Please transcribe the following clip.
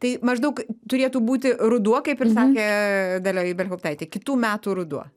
tai maždaug turėtų būti ruduo kaip ir sakė dalia ibelhauptaitė kitų metų ruduo